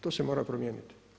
To se mora promijeniti.